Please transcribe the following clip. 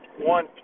one